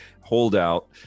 holdout